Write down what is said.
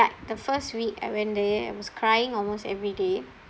the first week I went there I was crying almost every day